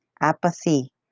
apathy